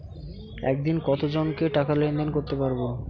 একদিন কত জনকে টাকা লেনদেন করতে পারবো?